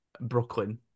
Brooklyn